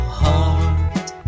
heart